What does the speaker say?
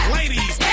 ladies